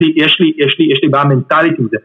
‫יש לי, יש לי, יש לי, ‫יש לי בעיה מנטלית עם זה.